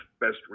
best